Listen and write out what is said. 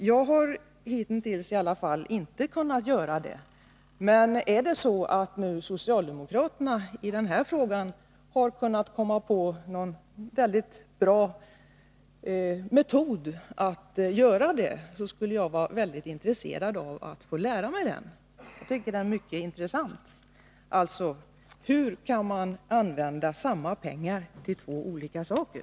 Jag har hitintills inte känt till hur man skall göra för att klara något sådant, men om socialdemokraterna här har lyckats komma fram till en bra metod, så är jag väldigt intresserad av att få lära mig den. Men jag frågar alltså: Hur kan man använda samma pengar till två olika saker?